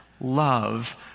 love